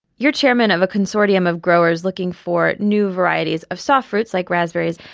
you're chairman of a consortium of growers looking for new varieties of soft fruits like raspberries.